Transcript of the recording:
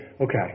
okay